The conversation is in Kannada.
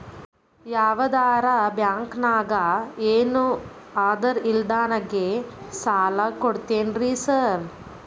ಯಾವದರಾ ಬ್ಯಾಂಕ್ ನಾಗ ಏನು ಆಧಾರ್ ಇಲ್ದಂಗನೆ ಸಾಲ ಕೊಡ್ತಾರೆನ್ರಿ ಸಾರ್?